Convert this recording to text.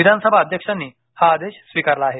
विधानसभा अध्यक्षांनी हा आदेश स्वीकारला आहे